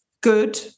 good